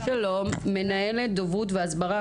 מנהלת דוברות והסברה,